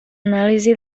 anàlisi